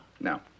No